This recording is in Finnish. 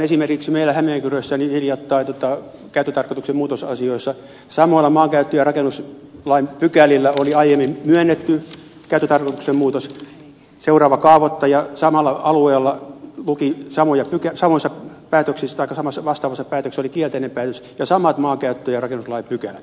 esimerkiksi meillä hämeenkyrössä hiljattain käyttötarkoituksen muutosasioissa samoilla maankäyttö ja rakennuslain pykälillä oli aiemmin myönnetty käyttötarkoituksen muutos mutta seuraava kaavoittaja samalla alueella tuki samoja tukee savuiset päätöksistä kantamassa teki vastaavassa asiassa kielteisen päätöksen ja samat maankäyttö ja rakennuslain pykälät olivat kyseessä